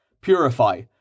purify